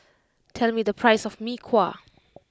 tell me the price of Mee Kuah